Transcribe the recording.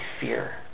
fear